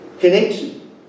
Connection